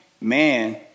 man